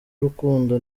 urukundo